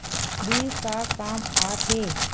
Bill का काम आ थे?